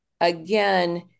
again